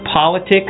politics